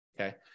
Okay